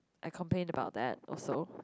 I complained about that also